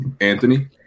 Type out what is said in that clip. Anthony